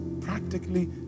practically